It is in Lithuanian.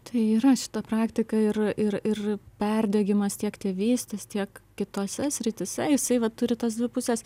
tai yra šita praktika ir ir ir perdegimas tiek tėvystės tiek kitose srityse jisai va turi tas dvi puses